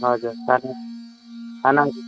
हजुर खाना खानाहरू